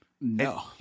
No